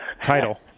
title